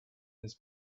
his